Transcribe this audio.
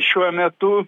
šiuo metu